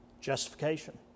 Justification